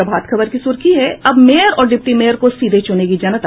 प्रभात खबर की सुर्खी है अब मेयर और डिप्टी मेयर को सीधे चूनेगी जनता